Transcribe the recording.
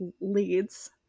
leads